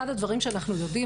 אחד הדברים שאנחנו יודעים,